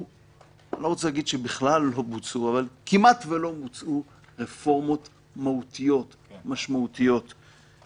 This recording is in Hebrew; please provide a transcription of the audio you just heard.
לאו דווקא ברגעים כאלה או אחרים.